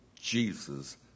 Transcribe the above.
Jesus